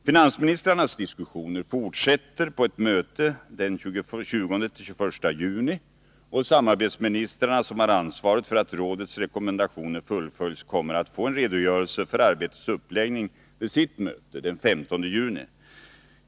Finansministrarnas diskussion fortsätter på ett möte den 20-21 juni, och samarbetsministrarna, som har ansvaret för att rådets rekommendationer fullföljs, kommer att få en redogörelse för arbetets uppläggning vid sitt möte den 15 juni.